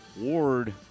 Ward